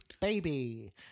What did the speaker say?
Baby